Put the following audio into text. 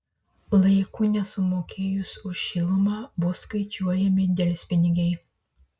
laiku nesumokėjus už šilumą bus skaičiuojami delspinigiai